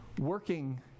working